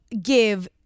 give